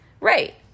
Right